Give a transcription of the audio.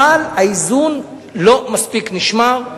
אבל האיזון לא מספיק נשמר.